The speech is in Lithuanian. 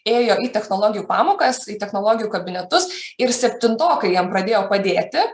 ėjo į technologijų pamokas į technologijų kabinetus ir septintokai jiem pradėjo padėti